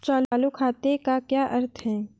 चालू खाते का क्या अर्थ है?